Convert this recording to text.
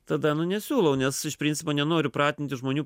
tada nu nesiūlau nes iš principo nenoriu pratinti žmonių